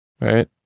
right